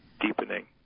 deepening